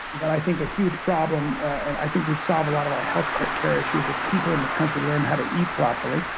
but i think a huge problem and i think we'd solve a lot of our healthcare issues if people in this country learned how to eat properly.